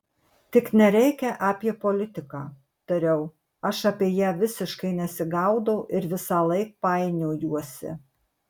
tik nereikia apie politiką tariau aš apie ją visiškai nesigaudau ir visąlaik painiojuosi